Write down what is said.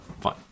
fine